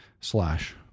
slash